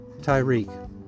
Tyreek